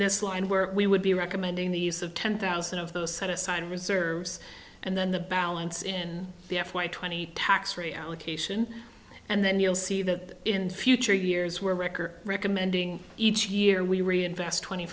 this line where we would be recommending the use of ten thousand of those set aside reserves and then the balance in the f y twenty tax rate allocation and then you'll see that in future years we're recker recommending each year we reinvest twenty